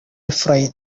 refrain